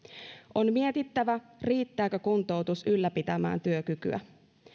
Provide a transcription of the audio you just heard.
on mietittävä riittääkö kuntoutus ylläpitämään työkykyä